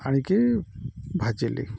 ଆଣିକି ଭାଜିଲି